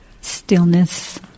Stillness